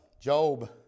Job